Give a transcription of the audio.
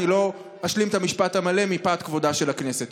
אני לא אשלים את המשפט המלא מפאת כבודה של הכנסת.